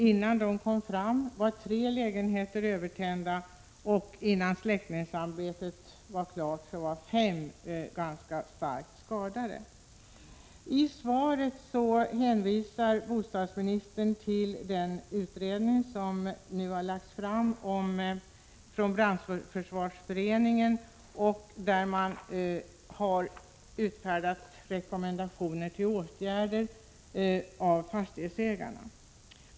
Innan den kom fram var tre lägenheter övertända, och innan släckningsarbetet var klart var fem lägenheter ganska svårt skadade. I svaret hänvisar bostadsministern till den utredning som nu har lagts fram av Brandförsvarsföreningen och där rekommendationer om åtgärder har utfärdats till fastighetsägarna.